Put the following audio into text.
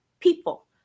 people